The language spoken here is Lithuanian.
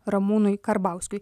ramūnui karbauskiui